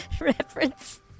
reference